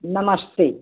नमस्ते